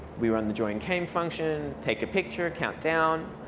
we run the joinedgame function, take a picture, count down,